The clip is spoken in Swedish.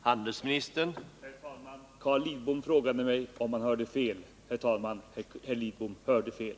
Herr talman! Carl Lidbom frågade mig om han hörde fel. Ja, Carl Lidbom hörde fel.